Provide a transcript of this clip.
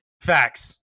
facts